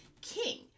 king